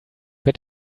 wird